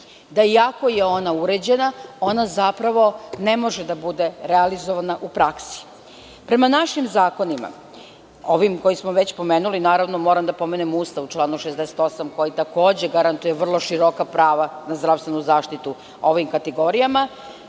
da iako je ona uređena, ona zapravo ne može biti realizovana u praksi. Prema našim zakonima, ovim koje smo pomenuli, moram da pomenem Ustav u članu 68. koji takođe garantuje vrlo široka prava na zdravstvenu zaštitu ovim kategorijama.